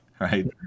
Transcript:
right